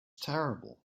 terrible